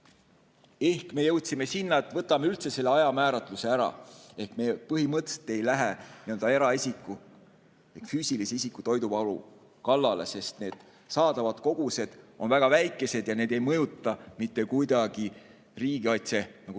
Ehk me jõudsime sinna, et võtame selle ajamääratluse üldse ära. Me põhimõtteliselt ei lähe eraisiku, füüsilise isiku toiduvaru kallale, sest saadavad kogused on väga väikesed ja need ei mõjuta mitte kuidagi riigikaitse